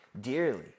dearly